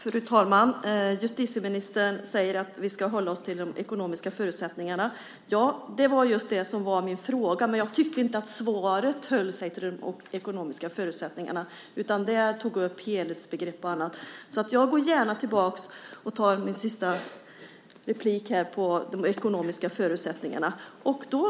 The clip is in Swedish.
Fru talman! Justitieministern säger att vi ska hålla oss till de ekonomiska förutsättningarna. Det var just det som var min fråga, men jag tycker inte att svaret höll sig till de ekonomiska förutsättningarna. Det tog upp helhetsbegrepp och annat. Jag går gärna tillbaka och talar om de ekonomiska förutsättningarna i mitt sista inlägg här.